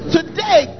Today